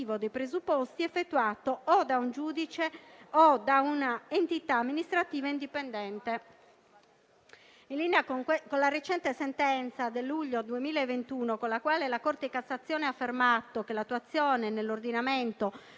dei presupposti effettuato da un giudice o da un'entità amministrativa indipendente. In linea con la recente sentenza del luglio 2021, con la quale la Corte di cassazione ha affermato che l'attuazione nell'ordinamento